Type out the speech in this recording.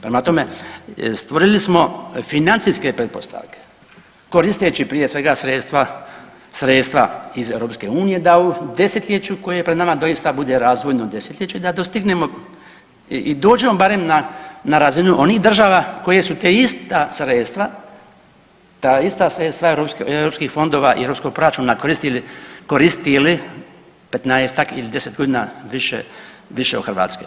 Prema tome, stvorili smo financijske pretpostavke koristeći prije svega sredstva iz Europske unije da u desetljeću koje je pred nama doista bude razvojno desetljeće da dostignemo i dođemo barem na razinu onih država koje su ta ista sredstva europskih fondova i europskog proračuna koristili 15-tak ili 10 godina više od Hrvatske.